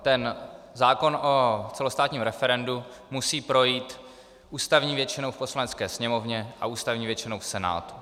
Ten zákon o celostátním referendu musí projít ústavní většinou v Poslanecké sněmovně a ústavní většinou v Senátu.